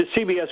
CBS